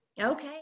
Okay